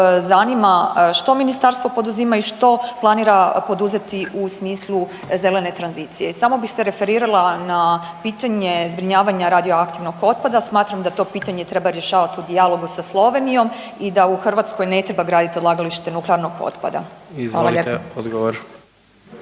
zanima što ministarstvo poduzima i što planira poduzeti u smislu zelene tranzicije? Samo bih se referirala na pitanje zbrinjavanja radioaktivnog otpada, smatram da to pitanje treba rješavati u dijalogu sa Slovenijom i da u Hrvatskoj ne treba graditi odlagalište nuklearnog otpada. **Jandroković,